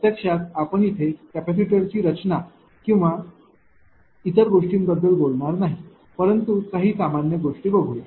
प्रत्यक्षात आपण इथे कॅपेसिटरची रचना किंवा इतर गोष्टींबद्दल बोलणार नाही परंतु काही सामान्य गोष्टी बघूया